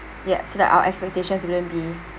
yup so that our expectations wouldn't be